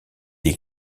est